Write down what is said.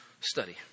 study